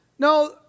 No